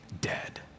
dead